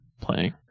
playing